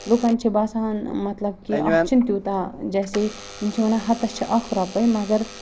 لُکَن چھِ باسان مطلب کہِ اَتھ چھِنہٕ تیوٗتاہ جیسے یِم چھِ وَنان ہَتَس چھِ اَکھ رۄپَے مگر